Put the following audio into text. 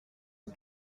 ont